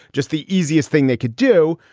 just the easiest thing they could do.